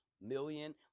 million